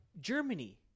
Germany